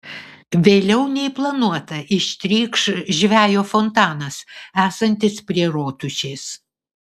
vėliau nei planuota ištrykš žvejo fontanas esantis prie rotušės